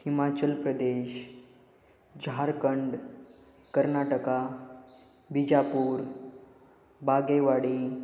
Himachal Pradesh Jharkhand Karnataka Bijapur Bagewadi